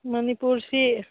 ꯃꯅꯤꯄꯨꯔꯁꯤ